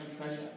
treasure